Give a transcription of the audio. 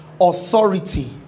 authority